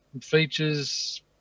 features